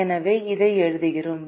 எனவே இதை எழுதுகிறோம்